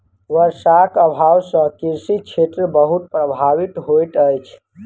वर्षाक अभाव सॅ कृषि क्षेत्र बहुत प्रभावित होइत अछि